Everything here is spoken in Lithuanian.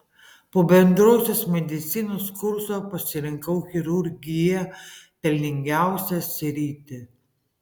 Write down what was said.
po bendrosios medicinos kurso pasirinkau chirurgiją pelningiausią sritį